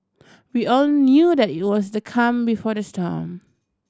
we all knew that it was the calm before the storm